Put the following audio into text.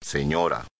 Señora